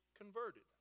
converted